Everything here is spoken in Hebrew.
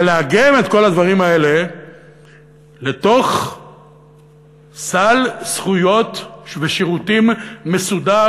ולעגן את כל הדברים האלה לתוך סל זכויות ושירותים מסודר,